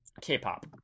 K-pop